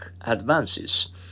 advances